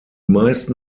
meisten